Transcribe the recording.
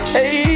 Hey